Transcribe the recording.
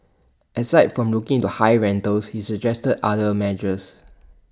aside from looking into high rentals he suggested other measures